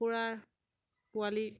কুকুৰা পোৱালি